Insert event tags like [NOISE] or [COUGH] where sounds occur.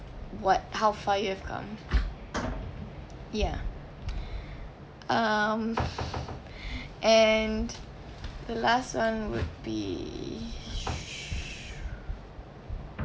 what how far you have come ya um [BREATH] and the last one would be [NOISE]